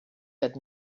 had